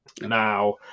Now